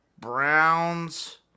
Browns